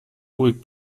ruhig